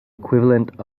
equivalent